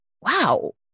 wow